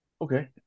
Okay